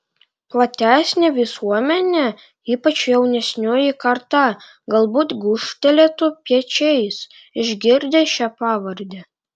platesnė visuomenė ypač jaunesnioji karta galbūt gūžtelėtų pečiais išgirdę šią pavardę